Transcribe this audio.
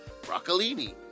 broccolini